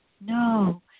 No